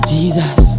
Jesus